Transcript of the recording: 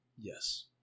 Yes